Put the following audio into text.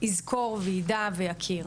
יזכור וידע ויכיר.